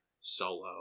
Solo